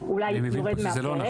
יורד מהפרק.